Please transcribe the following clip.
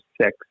six